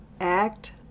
act